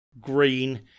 green